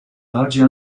largely